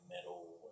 metal